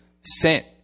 sent